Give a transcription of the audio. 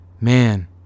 man